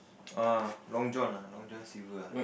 orh Long John ah Long-John-Silver